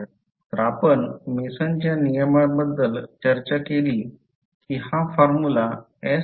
तर आपण मेसनच्या नियमांबद्दल चर्चा केली की हा फॉर्म्युला एस